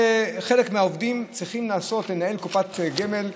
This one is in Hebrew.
חלק מהעובדים צריכים לנהל קופת גמל,